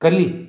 ಕಲಿ